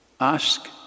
Ask